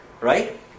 Right